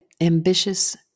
ambitious